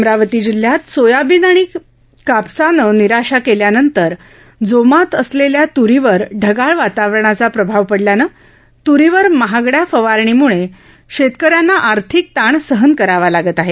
अमरावती जिल्ह्यात सोयाबीन आणि कापसानं निराशा केल्यानंतर जोमात असलेल्या त्रीवर ढगाळ वातावरणाचा प्रभाव पडल्यानं त्रीवर महागड्या फवारणीम्ळे शेतकऱ्यांना आर्थिक ताण सहन करावा लागत आहे